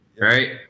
right